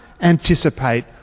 anticipate